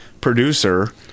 producer